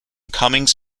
cummings